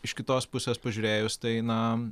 iš kitos pusės pažiūrėjus tai na